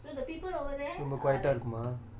so the people over there are like